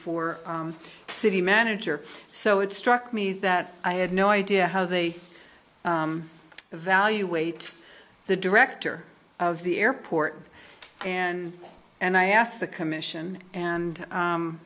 for city manager so it struck me that i had no idea how they evaluate the director of the airport and and i asked the commission and